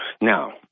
Now